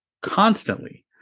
constantly